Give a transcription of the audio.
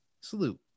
Salute